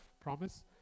promise